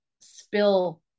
spill